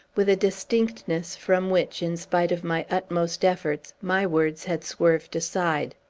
with a distinctness from which, in spite of my utmost efforts, my words had swerved aside.